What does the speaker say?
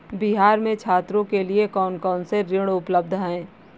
बिहार में छात्रों के लिए कौन कौन से ऋण उपलब्ध हैं?